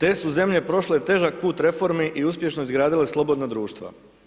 Te su zemlje prošle težak put reformi i uspješno izgradile slobodna društva.